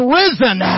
risen